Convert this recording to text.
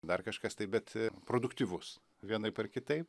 dar kažkas taip bet produktyvus vienaip ar kitaip